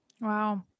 Wow